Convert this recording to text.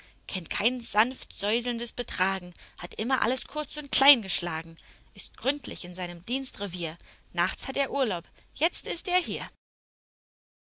kennt kein sanftsäuselndes betragen hat immer alles kurz und klein geschlagen ist gründlich in seinem dienstrevier nachts hat er urlaub jetzt ist er hier